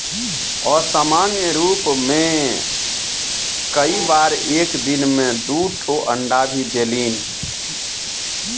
असामान्य रूप में कई बार एक दिन में दू ठो अंडा भी देलिन